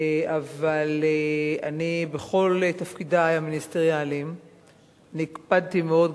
אבל בכל תפקידי המיניסטריאליים הקפדתי מאוד,